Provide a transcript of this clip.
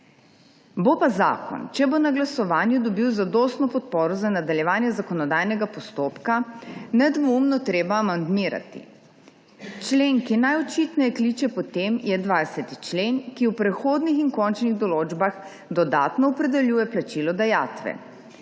Bo pa zakon, če bo na glasovanju dobil zadostno podporo za nadaljevanje zakonodajnega postopka, nedvoumno treba amandmirati. Člen, ki najočitneje kliče po tem, je 20. člen, ki v prehodnih in končnih določbah dodatno opredeljuje plačilo dajatve.